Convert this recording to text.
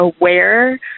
aware